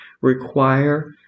require